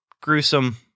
gruesome